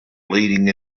leading